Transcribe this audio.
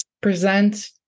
present